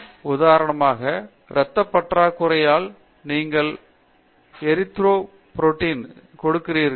பேராசிரியர் சத்யநாராயணன் என் கும்மாடி உதாரணமாக இரத்தப் பற்றாக்குறையால் நீங்கள் எரித்ரோபொய்டின் கொடுக்கிறீர்கள்